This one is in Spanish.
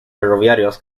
ferroviarios